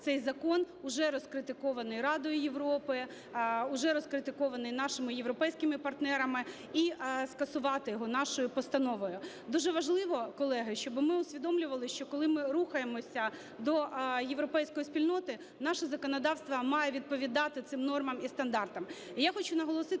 цей закон, уже розкритикований Радою Європи, уже розкритикований нашими європейськими партнерами, і скасувати його нашою постановою. Дуже важливо, колеги, щоби ми усвідомлювали, що коли ми рухаємося до європейської спільноти, наше законодавство має відповідати цим нормам і стандартам.